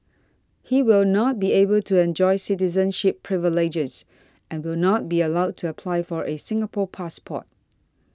he will not be able to enjoy citizenship privileges and will not be allowed to apply for a Singapore passport